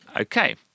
Okay